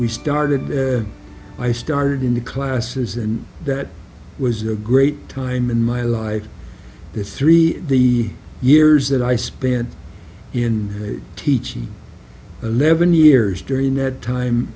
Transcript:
we started i started in the classes and that was a great time in my life this three the years that i spent in teaching eleven years during that time